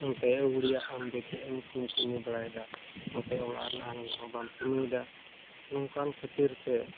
ᱚᱱᱛᱮ ᱟᱹᱣᱲᱤᱭᱟᱜ ᱟᱢᱫᱚ ᱪᱮᱫᱮᱢᱠᱚᱢ ᱠᱟᱹᱢᱤᱵᱟᱲᱟᱭᱫᱟ ᱱᱚᱛᱮ ᱚᱲᱟᱜ ᱨᱮᱱᱟᱜ ᱮᱱᱦᱚᱸ ᱵᱟᱢ ᱠᱟᱹᱢᱤᱭᱫᱟ ᱱᱚᱝᱠᱟᱱ ᱠᱷᱟᱹᱛᱤᱨᱛᱮ